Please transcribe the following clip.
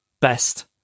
Best